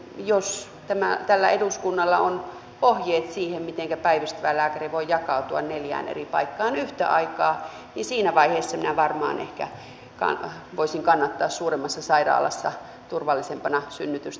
jos tällä eduskunnalla on ohjeet siihen mitenkä päivystävä lääkäri voi jakautua neljään eri paikkaan yhtä aikaa niin siinä vaiheessa minä varmaan ehkä voisin kannattaa suuremmassa sairaalassa turvallisempana synnytystä